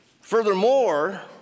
Furthermore